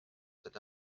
cet